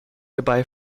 dabei